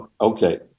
Okay